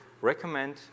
recommend